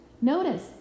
Notice